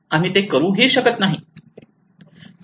आम्ही हे करू शकत नाही